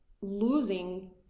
losing